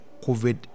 COVID